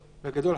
בגדול,